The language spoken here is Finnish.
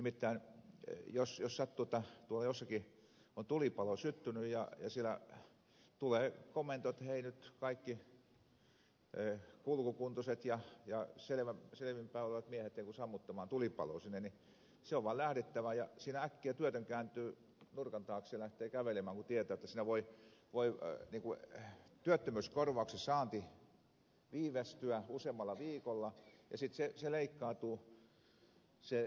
nimittäin jos sattuu niin että tuolla jossakin on tulipalo syttynyt ja siellä tulee komento että hei nyt kaikki kulkukuntoiset ja selvin päin olevat miehet sammuttamaan tulipaloa sinne niin se on vaan lähdettävä ja siinä äkkiä työtön kääntyy nurkan taakse ja lähtee kävelemään kun tietää että siinä voi työttömyyskorvauksen saanti viivästyä useammalla viikolla ja sitten se korvaus leikkaantuu